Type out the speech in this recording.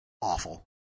awful